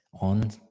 on